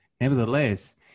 nevertheless